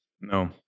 No